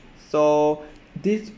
so this